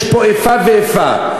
יש פה איפה ואיפה.